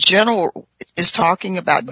general is talking about